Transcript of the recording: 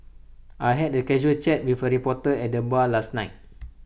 I had A casual chat with A reporter at the bar last night